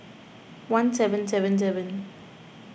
one seven seven seven